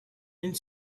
and